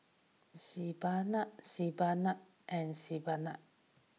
Sebamed Sebamed and Sebamed